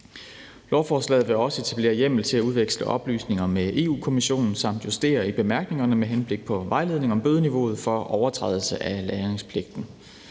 Lovforslaget vil også etablere hjemmel til at udveksle oplysninger med Europa-Kommissionen samt justere i bemærkningerne med henblik på vejledning om bødeniveauet for overtrædelse af lagringspligten.